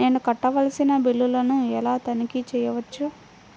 నేను కట్టవలసిన బిల్లులను ఎలా తనిఖీ చెయ్యవచ్చు?